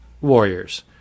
warriors